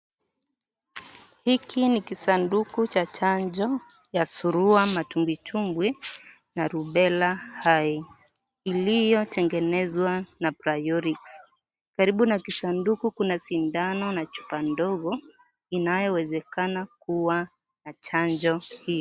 Hiki ni kisanduku cha chanjo ya surua matumbwitumbwi na rubella hai iliyotengenezwa na (cs)priorics(cs).Karibu na kisanduku kuna sindano na chupa ndogo inayowezekana kuwa na chanjo hii.